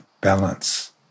balance